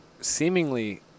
seemingly